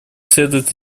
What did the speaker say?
следует